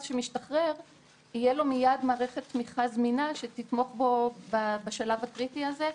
שמשתחרר תהיה מיד מערכת תמיכה זמינה שתתמוך בו בשלב הקריטי הזה.